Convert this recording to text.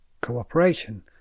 cooperation